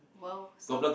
!wow! so